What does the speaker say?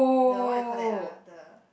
the what you call that ah the